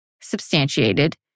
substantiated